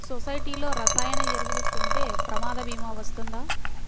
సొసైటీలో రసాయన ఎరువులు కొంటే ప్రమాద భీమా వస్తుందా?